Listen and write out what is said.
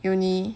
uni